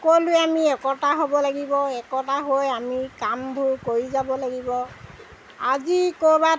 সকলোৱে আমি একতা হ'ব লাগিব একতা হৈ আমি কামবোৰ কৰি যাব লাগিব আজি ক'ৰবাত